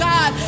God